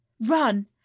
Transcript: run